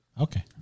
Okay